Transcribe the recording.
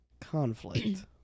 conflict